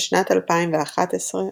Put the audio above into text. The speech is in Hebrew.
בשנת 2011,